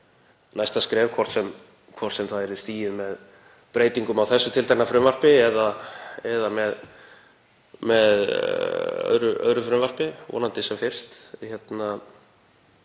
næsta skref, hvort sem það yrði stigið með breytingum á þessu tiltekna frumvarpi eða með öðru frumvarpi, vonandi sem fyrst,